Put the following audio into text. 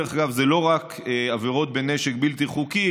דרך אגב, זה לא רק בעבירות בנשק בלתי חוקי.